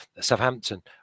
Southampton